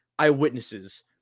eyewitnesses